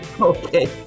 Okay